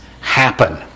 happen